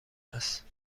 است